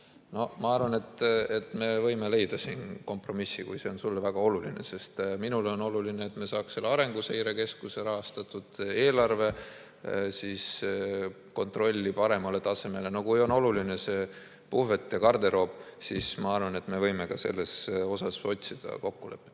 Ma arvan, et me võime leida siin kompromissi, kui see on sulle väga oluline, sest minule on oluline, et me saaks Arenguseire Keskuse rahastatud, eelarve kontrolli paremale tasemele. Kui on oluline puhvet ja garderoob, siis ma arvan, et me võime selles osas otsida kokkulepet.